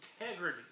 integrity